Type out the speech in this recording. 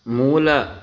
मूलं